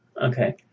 Okay